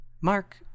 Mark